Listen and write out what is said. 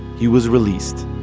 he was released